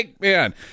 man